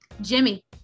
Jimmy